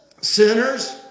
sinners